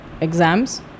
exams